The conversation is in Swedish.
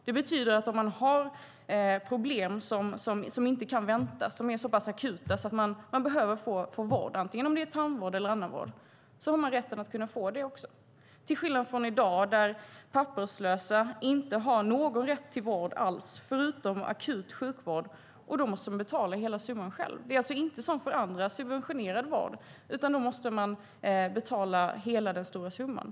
Det betyder att om man har problem som inte kan vänta, som är så pass akuta att man behöver få vård, antingen om det är tandvård eller annan vård, har man rätten att få det, till skillnad från i dag då papperslösa inte har någon rätt till vård, förutom akut sjukvård och då måste de betala hela summan själv. Det är alltså inte, som för andra, subventionerad vård, utan de måste betala hela den stora summan.